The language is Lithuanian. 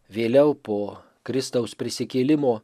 vėliau po kristaus prisikėlimo